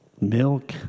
milk